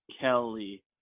Kelly